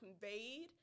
conveyed